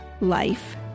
life